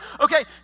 Okay